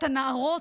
את הנערות,